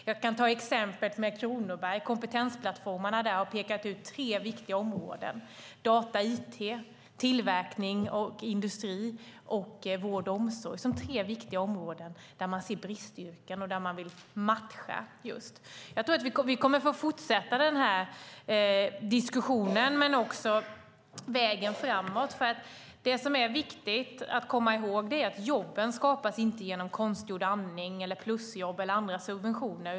Jag kan ta exemplet med Kronoberg. I kompetensplattformarna har man pekat ut tre viktiga områden - data och it, tillverkning och industri, och vård och omsorg - där man ser bristyrken och där man vill matcha. Vi kommer att fortsätta diskussionen och vägen framåt. Det som är viktigt att komma ihåg är att jobben inte skapas genom konstgjord andning, plusjobb eller andra subventioner.